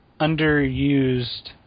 underused